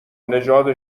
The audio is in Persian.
نژاد